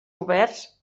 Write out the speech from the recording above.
oberts